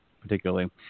particularly